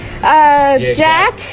jack